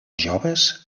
joves